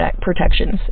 protections